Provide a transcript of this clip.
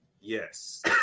Yes